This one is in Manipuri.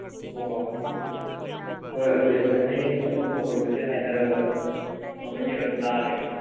ꯑꯣ ꯍꯣꯏ ꯑꯗꯨꯗꯤ ꯑꯩꯈꯣꯏ ꯍꯌꯦꯡ ꯑꯗꯨꯝ ꯑꯩꯈꯣꯏ ꯃꯁꯦꯜ ꯍꯥꯏꯅꯔꯒ ꯑꯗꯨꯝ ꯃꯇꯝ ꯌꯦꯡꯉꯥꯒ ꯑꯗꯨꯝ ꯂꯥꯛꯑꯒꯦ